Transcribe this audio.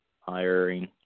hiring